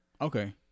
Okay